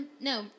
No